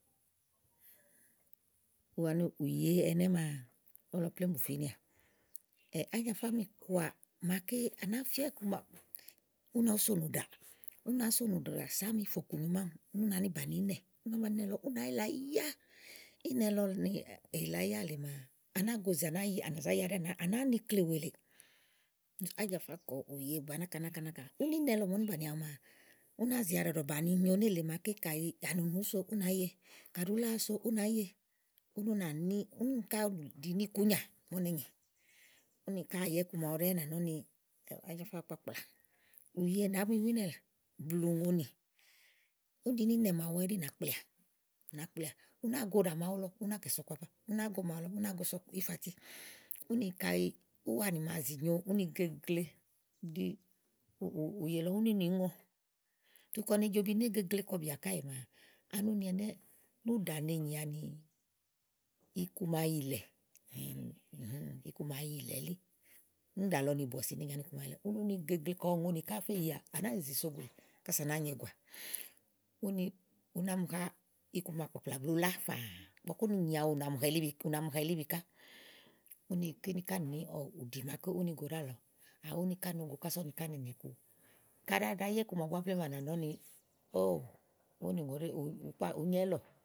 Ani ùye ɛnɛ́ maa, ówó lɔ plém bùfínɛà. Ajafa mì kɔà màa ké à nàá fía ɔku màa ú nòó sò nùɖà, u naa sò nùɖà sò ámi fò kùnyo mám ún ú má nì bàní ínɛ̀ ú nàá bàni ínɛ lɔ ú nàá yilayá, ínɛ lɔ nèyìlayá lèe maa à nàáa go zè ànàáa ya, à nà zá ya ɖɛ́ɛ ò nàá nu ikle wèe lèe ajafa kɔ̀ɔ ùye gbàa n ákaná ka úni ínɛ lɔ màa úni bàni awu maa, ú náa zì a. ɖɔ̀ɖɔ̀ nyo nélèe màa ke kàyi ànùnùùúu so ú ná ye, kàɖi uláàá do ù nàáye ún ú nà ni, ún ká ù ɖi ní ìkú nyà màa ú ne ŋè, úni kà ya iku màawu à nà nɔ ni ajafa àá kpàkplà ùye nàá bu wu ínɛ̀ blù ùŋoni ún ɖini ínɛ̀ màawu ɛɖí nàa kplià nàa kplià, ù ná go ù ɖà mà màawu lɔ ú nà kɛ̀so ɔku aba ú náa go màawu lɔ ú ná goso ífati. Úni kàyi úwuni màa zì nyo, úni gegle ɖi ùye lɔ úni ìí ŋɔ, tu kɔni ijɔbi né gegle kɔ bìà káèe maa ani úni ɛnɛ́ úni ɛnɛ́ nú ùɖa nèe nyi ani iku màa yìlɛ̀, iku yìlɛ̀ le, núùɖà lɔ nèe yi ani bɔ̀sì nè nyi iku màa yìlɛ̀ úni úni gegle kà ɔ ùŋoni ká àáfe yèà, à náa zìzì so uguɖi kasa à náa nye egùà. Úni una mi ha iku maa kplàkplà blù ulá fãa, igbɔké úni nyi awu, ùnà mi na ilíbi ùnà mi na ilíbi ká. Úni kíni ká nì núùɖi màa uni go ɖáà lɔ awu úni ká no go kása úne ŋè ku. Kàɖi à ɖa yá iku mawu plém, ànànɔ́ni óò, óònùŋòɖèé ùú kpa, ùú nyɛ lɔ̀